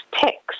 text